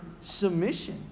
submission